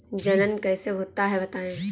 जनन कैसे होता है बताएँ?